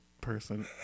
person